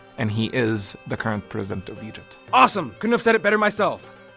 and he is the current president of egypt. awesome, couldn't have said it better myself.